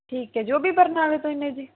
ਠੀਕ ਹੈ ਜੀ ਉਹ ਵੀ ਬਰਨਾਲੇ ਤੋਂ ਹੀ ਨੇ ਜੀ